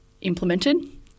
implemented